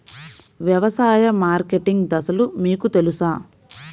వ్యవసాయ మార్కెటింగ్ దశలు మీకు తెలుసా?